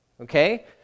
okay